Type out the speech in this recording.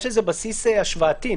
אני מבין שיש בסיס השוואתי,